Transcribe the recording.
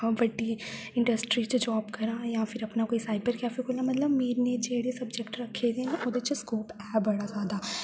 हा बड्डी इंडस्ट्री च जाब करां जां फिर अपना कोई साइबर कैफ़े खोलां मतलब मैनें जेह्ड़े सब्जेक्ट रक्खे दे न ओह्दे च स्कोप ऐ बड़ा ज्यादा